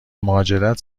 مهاجرت